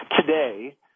Today